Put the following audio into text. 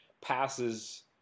passes